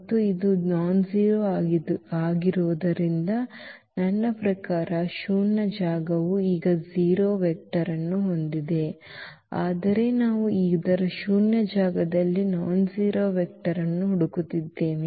ಮತ್ತು ಇದು ನಾನ್ಜೆರೋ ಆಗಿರುವುದರಿಂದ ನನ್ನ ಪ್ರಕಾರ ಶೂನ್ಯ ಜಾಗವು ಈಗ 0 ವೆಕ್ಟರ್ ಅನ್ನು ಹೊಂದಿದೆ ಆದರೆ ನಾವು ಇದರ ಶೂನ್ಯ ಜಾಗದಲ್ಲಿ ನಾನ್ಜೆರೋ ವೆಕ್ಟರ್ ಅನ್ನು ಹುಡುಕುತ್ತಿದ್ದೇವೆ